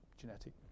genetic